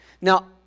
Now